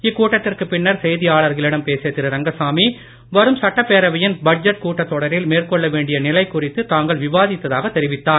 இக்கூட்டத்திற்கு பின்னர் செய்தியாளர்களிடம் பேசிய திரு ரங்கசாமி வரும் சட்டப்பேரவையின் பட்ஜெட் கூட்டத் தொடரில் மேற்கொள்ள வேண்டிய நிலை குறித்து தாங்கள் விவாதித்ததாக தெரிவித்தார்